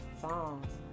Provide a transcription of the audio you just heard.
songs